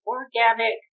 Organic